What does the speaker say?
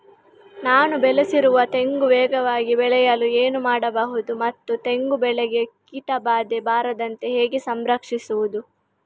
ನಾನು ಬೆಳೆಸಿರುವ ತೆಂಗು ವೇಗವಾಗಿ ಬೆಳೆಯಲು ಏನು ಮಾಡಬಹುದು ಮತ್ತು ತೆಂಗು ಬೆಳೆಗೆ ಕೀಟಬಾಧೆ ಬಾರದಂತೆ ಹೇಗೆ ಸಂರಕ್ಷಿಸುವುದು?